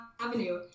Avenue